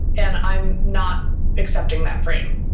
and i'm not accepting that frame.